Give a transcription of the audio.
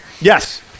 Yes